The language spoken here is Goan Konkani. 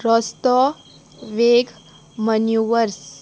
रस्तो वेग मन्युवर्स